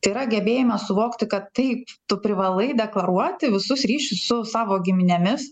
tai yra gebėjime suvokti kad taip tu privalai deklaruoti visus ryšius su savo giminėmis